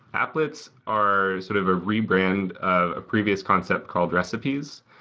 applets are sort of a rebrand of a previous concept called recipes,